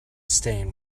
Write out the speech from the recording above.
stain